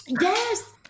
Yes